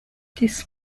this